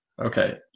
Okay